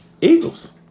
Eagles